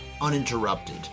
uninterrupted